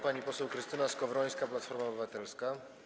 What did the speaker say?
Pani poseł Krystyna Skowrońska, Platforma Obywatelska.